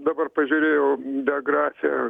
dabar pažiūrėjau biografiją